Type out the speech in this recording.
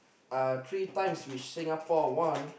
uh three times which Singapore won